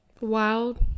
Wild